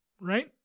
right